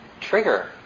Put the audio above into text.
trigger